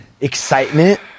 excitement